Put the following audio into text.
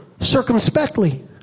circumspectly